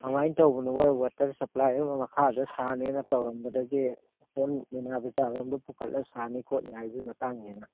ꯀꯃꯥꯏ ꯇꯧꯕꯅꯣ ꯃꯣꯏ ꯋꯥꯇꯔ ꯁꯄ꯭ꯂꯥꯏ ꯑꯃ ꯃꯈꯥꯗ ꯁꯥꯅꯦꯅ ꯇꯧꯔꯝꯕꯗꯒꯤ ꯑꯁꯣꯟ ꯃꯤꯅꯥ ꯕꯖꯥꯔꯂꯣꯝꯗ ꯄꯨꯈꯠꯂ ꯁꯥꯅꯤ ꯈꯣꯠꯅꯤ ꯍꯥꯏꯕꯩ ꯃꯇꯥꯡꯅꯤꯗꯅ